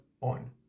on